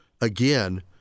again